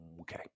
okay